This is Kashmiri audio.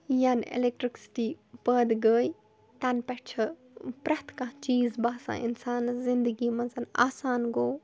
یَنہٕ اٮ۪لیکٹٕرٛکسِٹی پٲدٕ گٔے تَن پٮ۪ٹھ چھِ پرٛٮ۪تھ کانٛہہ چیٖز باسان اِنسانَس زندگی منٛز آسان گوٚو